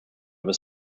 was